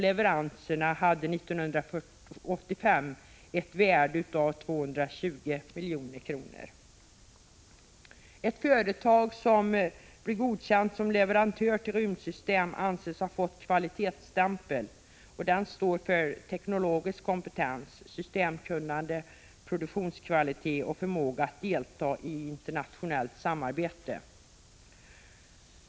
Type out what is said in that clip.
Leveranserna hade 1985 ett värde av 220 milj.kr. Ett företag som blivit godkänt som leverantör till rymdsystem anses ha fått en kvalitetsstämpel. Denna står för teknologisk kompetens, systemkunnande, produktionskvalitet och förmåga att delta i internationellt samarbete.